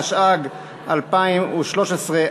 התשע"ג 2013,